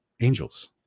angels